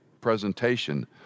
presentation